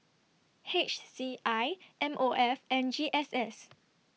H C I M O F and G S S